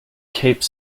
cape